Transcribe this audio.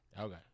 Okay